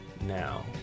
now